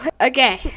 okay